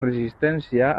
resistència